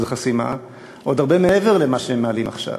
החסימה עוד הרבה מעבר למה שמעלים עכשיו.